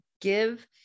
give